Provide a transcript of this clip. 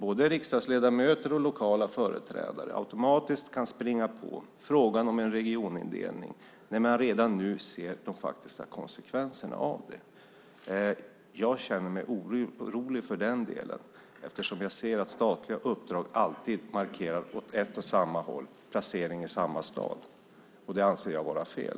Både riksdagsledamöter och lokala företrädare kan automatiskt springa på frågan om en regionindelning när man redan nu ser de faktiska konsekvenserna av det. Jag känner mig orolig för den delen, eftersom jag ser att statliga uppdrag alltid markerar åt ett och samma håll: placering i samma stad. Det anser jag vara fel.